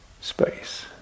space